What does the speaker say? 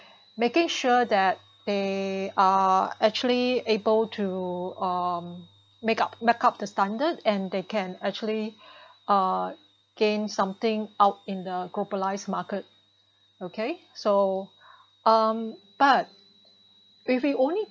making sure that they are actually able to um makeup makeup the standard and they can actually uh gain something out in the globalized market okay so um but if we only